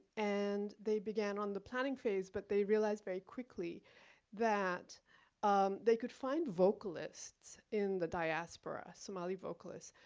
and they began on the planning phase, but they realized very quickly that um they could find vocalists in the diaspora, somali vocalists,